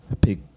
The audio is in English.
Pick